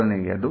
ಆರನೆಯದು